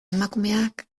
emakumeak